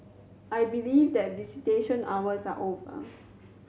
I believe that visitation hours are over